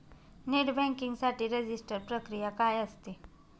Net banking साठी register प्रक्रिया काय असते?